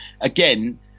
again